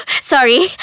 Sorry